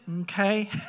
Okay